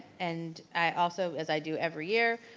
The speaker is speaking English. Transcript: and i also, as i do every year,